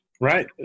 Right